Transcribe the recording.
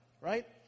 right